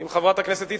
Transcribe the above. עם חברת הכנסת איציק,